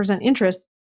interest